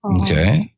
Okay